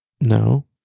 No